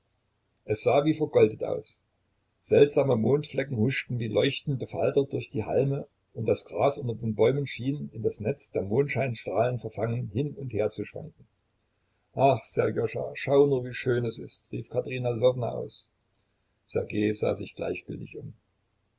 es sah wie vergoldet aus seltsame mondflecken huschten wie leuchtende falter durch die halme und das gras unter den bäumen schien in das netz der mondlichtstrahlen verfangen hin und her zu schwanken ach sserjoscha schau nur wie schön es ist rief katerina lwowna aus ssergej sah sich gleichgültig um